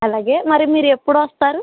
అలాగే మరి మీరు ఎప్పుడు వస్తారు